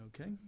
Okay